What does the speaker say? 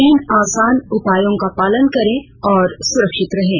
तीन आसान उपायों का पालन करें और सुरक्षित रहें